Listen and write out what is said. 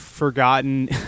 forgotten